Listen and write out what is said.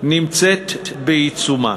נמצאת בעיצומה,